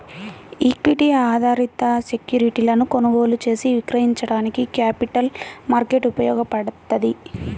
equity ఆధారిత సెక్యూరిటీలను కొనుగోలు చేసి విక్రయించడానికి క్యాపిటల్ మార్కెట్ ఉపయోగపడ్తది